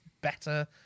better